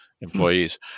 employees